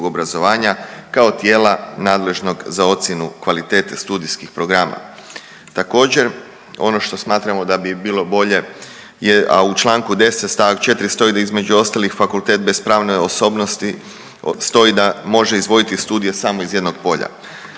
obrazovanja kao tijela nadležnog za ocjenu kvalitete studijskih programa. Također, ono što smatramo da bi bilo bolje, a u čl. 10 st. 4 stoji da između ostalih, fakultet bez pravne osobnosti stoji da može izvoditi studije samo iz jednog polja.